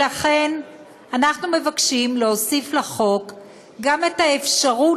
לכן אנחנו מבקשים להוסיף לחוק את האפשרות